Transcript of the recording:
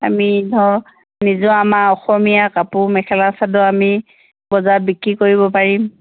আমি ধৰ নিজৰ আমাৰ অসমীয়া কাপোৰ মেখেলা চাদৰ আমি বজাৰত বিক্ৰী কৰিব পাৰিম